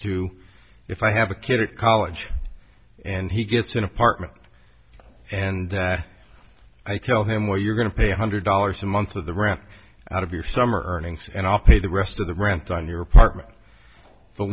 to if i have a kid at college and he gets an apartment and i tell him well you're going to pay one hundred dollars a month of the ramp out of your summer earnings and i'll pay the rest of the rent on your apartment the